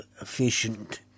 efficient